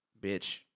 bitch